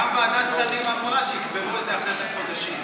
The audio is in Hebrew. גם ועדת השרים אמרה שיקברו את זה אחרי חודשים.